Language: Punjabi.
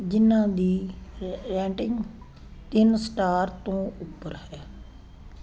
ਜਿਨ੍ਹਾਂ ਦੀ ਰੇਟਿੰਗ ਤਿੰਨ ਸਟਾਰ ਤੋਂ ਉੱਪਰ ਹੈ